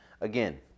again